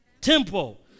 temple